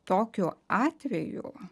tokiu atveju